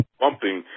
bumping